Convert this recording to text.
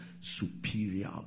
superior